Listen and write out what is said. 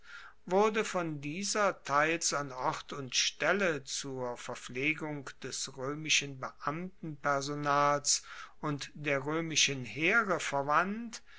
wurde von dieser teils an ort und stelle zur verpflegung des roemischen beamtenpersonals und der roemischen heere verwandt